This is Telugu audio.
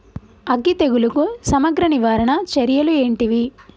అగ్గి తెగులుకు సమగ్ర నివారణ చర్యలు ఏంటివి?